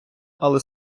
але